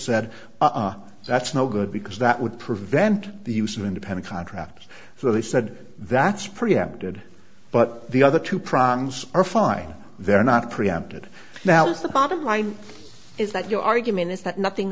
said that's no good because that would prevent the use of independent contractors so they said that's pretty empty good but the other two prongs are fine they're not preempted now is the bottom line is that your argument is that nothing